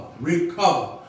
Recover